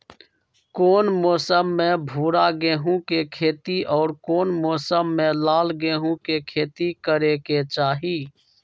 कौन मौसम में भूरा गेहूं के खेती और कौन मौसम मे लाल गेंहू के खेती करे के चाहि?